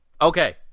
Okay